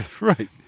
right